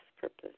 purpose